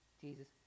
Jesus